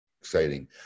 exciting